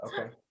okay